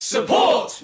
Support